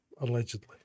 allegedly